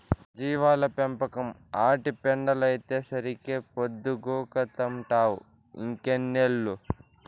జీవాల పెంపకం, ఆటి పెండలైతేసరికే పొద్దుగూకతంటావ్ ఇంకెన్నేళ్ళు